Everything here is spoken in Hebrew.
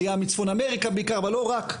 עלייה מצפון אמריקה בעיקר, אבל לא רק.